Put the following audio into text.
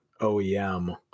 oem